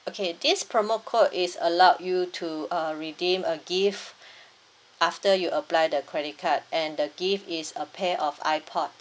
okay this promo code is allowed you to uh redeem a gift after you apply the credit card and the give is a pair of ipod